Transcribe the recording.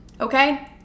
okay